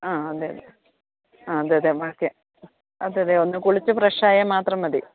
ആ അതെ അതെ ആ അതെ അതെ മ് ഓക്കേ അതെ അതേ ഒന്ന് കുളിച്ചു ഫ്രെഷായാൽ മാത്രം മതി